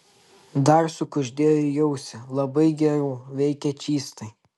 dar sukuždėjo į ausį labai gerų veikia čystai